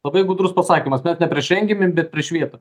labai gudrus pasakymas net ne prieš renginį bet prieš vietą